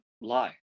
lie